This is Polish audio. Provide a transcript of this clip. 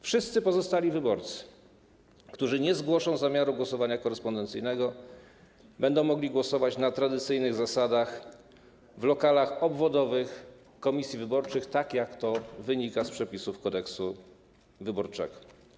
Wszyscy pozostali wyborcy, którzy nie zgłoszą zamiaru głosowania korespondencyjnego, będą mogli głosować na tradycyjnych zasadach w lokalach obwodowych komisji wyborczych, tak jak to wynika z przepisów Kodeksu wyborczego.